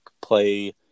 play